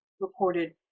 reported